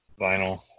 vinyl